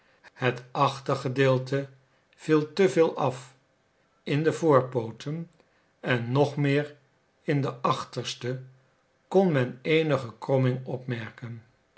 het achtergedeelte viel te veel af in de voorpooten en nog meer in de achterste kon men eenige kromming opmerken